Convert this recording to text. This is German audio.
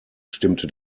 stimmte